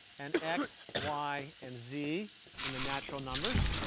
an x, y, and z in the natural numbers